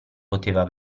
poteva